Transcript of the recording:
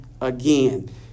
again